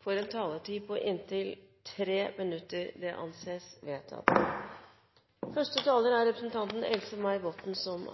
får en taletid på inntil 3 minutter. – Det anses vedtatt. Det er en enstemmig komité som